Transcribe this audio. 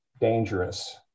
dangerous